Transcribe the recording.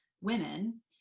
women